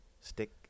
stick